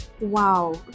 wow